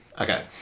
Okay